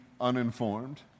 uninformed